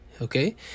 okay